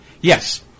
Yes